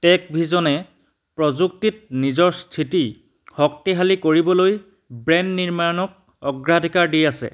tech ভিজনে প্ৰযুক্তিত নিজৰ স্থিতি শক্তিশালী কৰিবলৈ ব্ৰেণ্ড নিৰ্মাণক অগ্ৰাধিকাৰ দি আছে